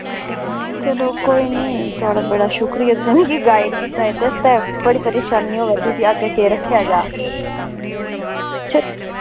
चलो कोई निं थुआढ़ा बड़ा शुक्रिया तुसें मिगी गाईड कीता ते बड़ी परेशानी होआ दी ही अग्गें केह् रक्खेआ जा